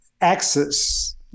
access